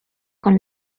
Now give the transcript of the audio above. con